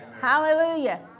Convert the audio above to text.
Hallelujah